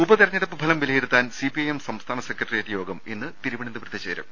ഉപതെരഞ്ഞെടുപ്പ് ഫലം വിലയിരുത്താൻ സിപിഐഎം സംസ്ഥാന സെക്രട്ടറിയേറ്റ് യോഗം ഇന്ന് തിരുവനന്തപു രത്ത് ചേരും